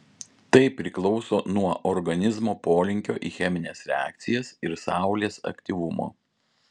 tai priklauso nuo organizmo polinkio į chemines reakcijas ir saulės aktyvumo